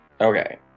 Okay